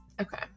okay